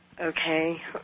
Okay